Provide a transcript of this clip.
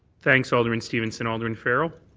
thanks, alderman stevenson. alderman farrell?